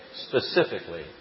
specifically